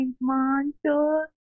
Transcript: monster